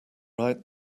right